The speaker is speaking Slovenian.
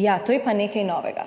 Ja, to je pa nekaj novega.